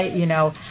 you know,